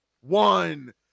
one